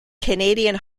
canadian